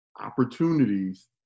opportunities